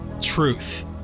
truth